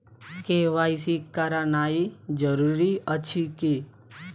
KYC करानाइ जरूरी अछि की?